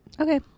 Okay